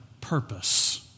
purpose